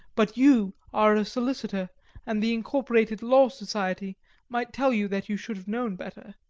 but you are a solicitor and the incorporated law society might tell you that you should have known better.